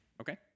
Okay